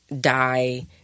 die